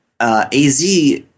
AZ